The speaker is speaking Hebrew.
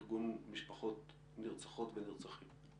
ארגון משפחות נרצחות ונרצחים.